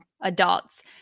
adults